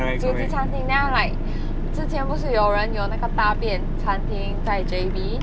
主题餐厅 then ah like 之前不是有人有那个大便餐厅在 J_B